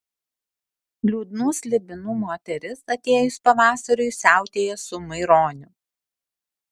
liūdnų slibinų moteris atėjus pavasariui siautėja su maironiu